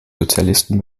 sozialisten